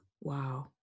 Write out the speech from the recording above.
Wow